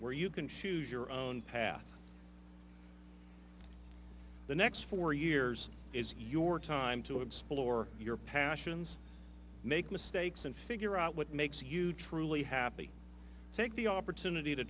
where you can choose your own path the next four years is your time to explore your passions make mistakes and figure out what makes you truly happy take the opportunity to